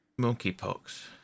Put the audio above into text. Monkeypox